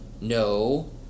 No